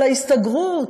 של ההסתגרות,